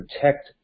protect